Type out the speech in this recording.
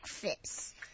breakfast